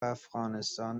افغانستان